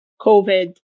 COVID